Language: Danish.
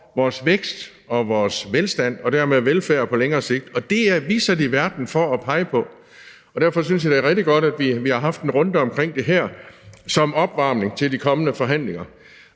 vores vækst og vores velstand og dermed for vores velfærd på længere sigt, og det er vi sat i verden for at pege på. Og derfor synes jeg, det er rigtig godt, vi har haft en runde omkring det her som opvarmning til de kommende forhandlinger.